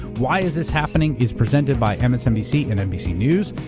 why is this happening? is presented by ah msnbc and nbc news,